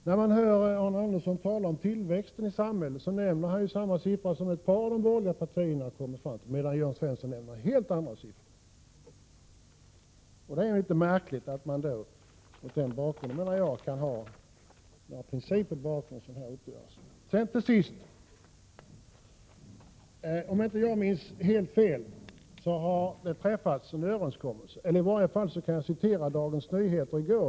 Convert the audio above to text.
När man hör Arne Andersson tala om tillväxten i samhället nämner han samma siffror, som ett par av de borgerliga partierna har kommit fram till, medan Jörn Svensson nämner helt andra siffror. Det är märkligt att man mot den bakgrunden kan finna principer bakom en sådan här uppgörelse. Jag vill som ett exempel på vad som händer med de specialdestinerade bidragen nämna vad som stod i Dagens Nyheter i går.